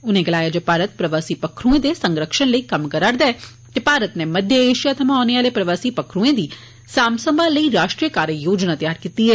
उनें गलाया जे भारत प्रवासी पक्खरूएं दे संरक्षण लेई कम्म करा'रदा ऐ ते भारत नै मध्य एशिया थमां औने आले प्रवासी पक्खरूण दी सांम संभाल लेई राश्ट्रीय कार्य योजना तैआर कीती दी ऐ